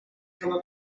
young